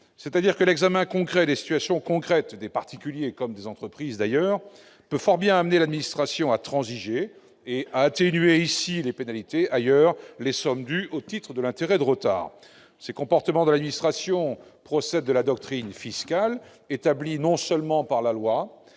Ainsi, l'examen précis des situations concrètes des particuliers comme des entreprises peut fort bien amener l'administration à transiger et à atténuer ici les pénalités, ailleurs les sommes dues au titre de l'intérêt de retard. Ces comportements de l'administration procèdent de la doctrine fiscale, établie non seulement par la loi,